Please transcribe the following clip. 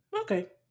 Okay